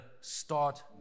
start